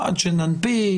עד שננפיק,